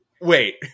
wait